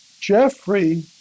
Jeffrey